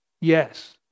Yes